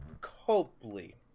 Copley